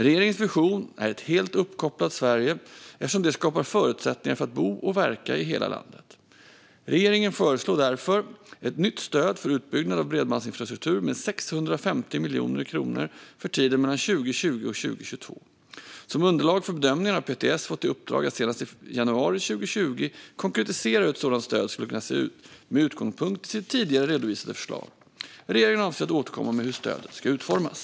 Regeringens vision är ett helt uppkopplat Sverige, eftersom det skapar förutsättningar för att bo och verka i hela landet. Regeringen föreslår därför ett nytt stöd för utbyggnad av bredbandsinfrastruktur med 650 miljoner kronor för tiden 2020-2022. Som underlag för bedömningen har PTS fått i uppdrag att senast i januari 2020 konkretisera hur ett sådant stöd skulle kunna se ut, med utgångspunkt i sitt tidigare redovisade förslag. Regeringen avser att återkomma med hur stödet ska utformas.